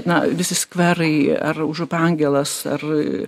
na visi skverai ar užupio angelas ar